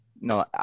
No